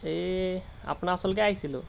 এই আপোনাৰ ওচৰলৈকে আহিছিলোঁ